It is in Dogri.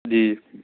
जी